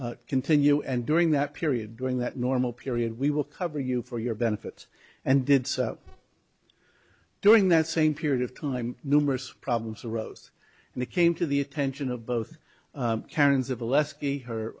to continue and during that period during that normal period we will cover you for your benefits and did during that same period of time numerous problems arose and it came to the attention of both